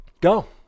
go